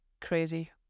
Crazy